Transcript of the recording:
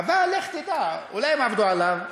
אבל לך תדע, אולי הם עבדו עליו?